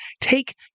take